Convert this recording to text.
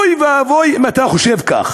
אוי ואבוי אם אתה חושב כך.